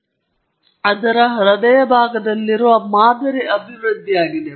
ತದನಂತರ ಎರಡನೆಯ ಹಂತವು ಈ ವಿಧಾನದ ಹೃದಯಭಾಗದಲ್ಲಿರುವ ಮಾದರಿ ಅಭಿವೃದ್ಧಿಯಾಗಿದೆ